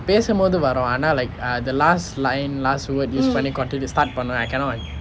பேசும் போது வரும் ஆனா:pesum pothu varum aanaa uh like the last line last word use to start but I cannot